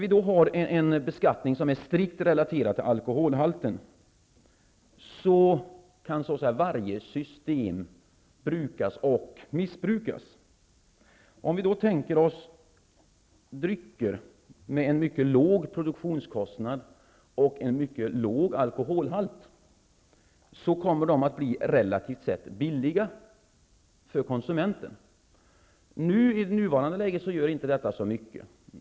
Vi får nu en beskattning som är strikt relaterad till alkoholhalten, och det är ju ett faktum att varje system kan brukas eller missbrukas. Drycker med en mycket låg produktionskostnad och en mycket låg alkoholhalt kommer med detta system att bli relativt sett billiga för konsumenten. I nuvarande läge gör inte detta så mycket.